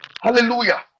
Hallelujah